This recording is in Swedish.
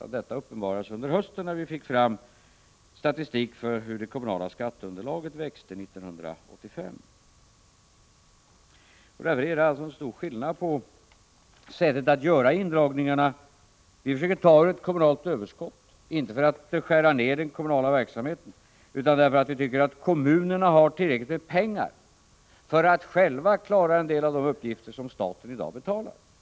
Nej, detta uppenbarades under hösten, när vi fick fram statistik för hur det kommunala skatteunderlaget växte 1985. il Det är alltså stor skillnad på sättet att göra indragningarna. Vi försöker ta av ett kommunalt överskott, inte för att skära ner den kommunala verksamheten utan därför att vi tycker att kommunerna har tillräckligt med pengar för att själva klara en del av de uppgifter där staten i dag betalar kostnaderna.